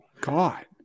god